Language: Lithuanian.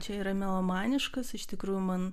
čia yra melomaniškas iš tikrųjų man